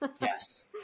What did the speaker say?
Yes